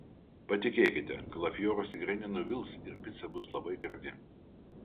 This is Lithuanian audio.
patikėkite kalafioras tikrai nenuvils ir pica bus labai gardi